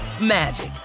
magic